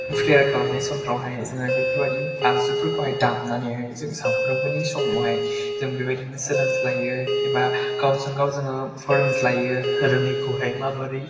prayer खालामनाय समफोरावहाय जोङो बेफोरबायदि आगजुफोरखौहाय दामनानैहाय जोङो सानफ्रोमबोनि समावहाय जों बेबायदिनो सोलोंलायो एबा गावजों गाव जोङो फोरोंलायो रोंङिखौहाय माबोरै